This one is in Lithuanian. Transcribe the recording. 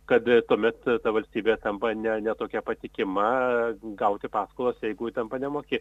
kad tuomet ta valstybė tampa ne ne tokia patikima gauti paskolas tai jeigu ji tampa nemoki